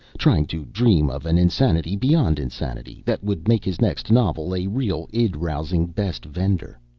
trying to dream of an insanity beyond insanity that would make his next novel a real id-rousing best-vender.